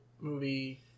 movie